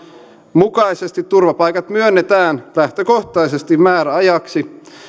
mukaisesti turvapaikat myönnetään lähtökohtaisesti määräajaksi